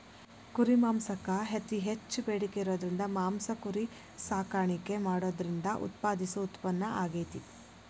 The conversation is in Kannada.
ಕುರಿ ಮಾಂಸಕ್ಕ್ ಅತಿ ಹೆಚ್ಚ್ ಬೇಡಿಕೆ ಇರೋದ್ರಿಂದ ಮಾಂಸ ಕುರಿ ಸಾಕಾಣಿಕೆ ಮಾಡೋದ್ರಿಂದ ಉತ್ಪಾದಿಸೋ ಉತ್ಪನ್ನ ಆಗೇತಿ